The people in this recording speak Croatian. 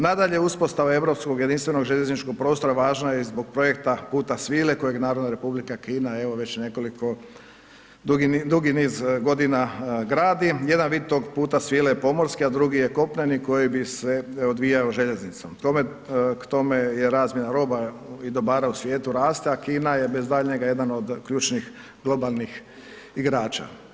Nadalje, uspostava europskog jedinstvenog željezničkog prostora važna je i zbog Projekta puta svile, kojeg naravno Republika Kina evo već nekoliko dugi niz godina gradi, jedan vid tog puta svile je pomorski, a drugi je kopneni koji bi se odvijao željeznicom k tome je razmjena i dobara u svijetu raste, a Kina je bez daljnjega jedan od ključnih globalnih igrača.